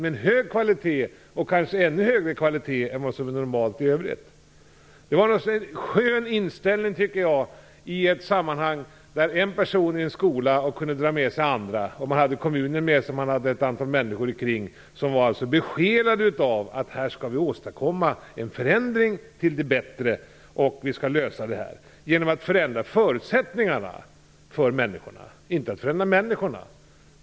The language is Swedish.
Med en hög kvalitet, kanske högre än vad som är normalt i övrigt, skall vi locka hit ungdomar. Jag tycker att det var en skön inställning. I det här sammanhanget kunde en person i en skola dra med sig andra. Man hade kommunen med sig, och det fanns ett antal människor runt omkring som var besjälade av att åstadkomma en förändring till det bättre. Man ville lösa detta genom att förändra förutsättningarna för människorna, inte genom att förändra människorna.